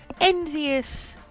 envious